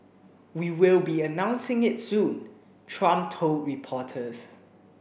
we will be announcing it soon Trump told reporters